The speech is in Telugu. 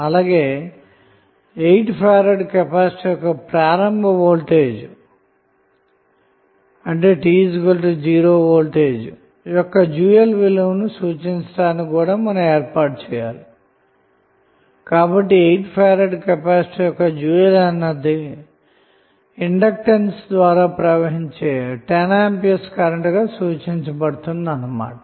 అలాగే 8 F కెపాసిటర్ యొక్క ప్రారంభ వోల్టేజ్ యొక్క తాలూకు డ్యూయల్ విలువని సూచించటానికి కూడా ఏర్పాటు చేయాలి కాబట్టి 8F కెపాసిటర్ యొక్క డ్యూయల్ అన్నది ఇండక్టర్ ద్వారా ప్రవహించే 10A కరెంట్గా సూచించబడుతుంది అన్న మాట